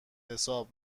حساب